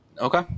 Okay